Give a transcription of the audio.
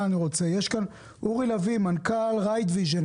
יש כאן את אורי לביא, מנכ"ל ridevision.